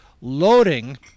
loading